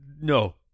no